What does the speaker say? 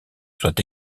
soient